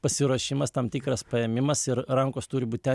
pasiruošimas tam tikras paėmimas ir rankos turi būt ten